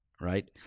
right